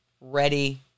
ready